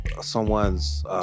someone's